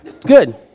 Good